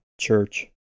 Church